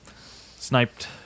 sniped